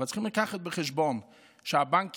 אבל צריך לקחת בחשבון שהבנקים,